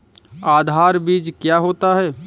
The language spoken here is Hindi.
आधार बीज क्या होता है?